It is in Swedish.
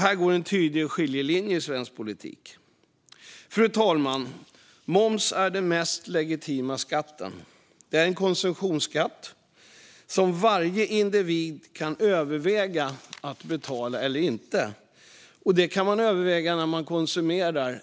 Här går en tydlig skiljelinje i svensk politik. Fru talman! Moms är den mest legitima skatten. Det är en konsumtionsskatt som varje individ kan överväga att betala eller inte. Det överväger man när man konsumerar.